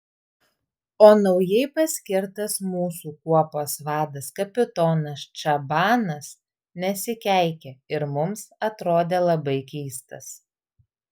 o naujai paskirtas mūsų kuopos vadas kapitonas čabanas nesikeikė ir mums atrodė labai keistas